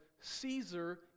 Caesar